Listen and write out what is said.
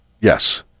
Yes